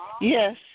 Yes